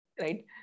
right